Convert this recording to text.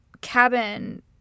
cabin